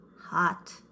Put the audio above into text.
hot